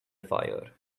fire